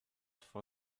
for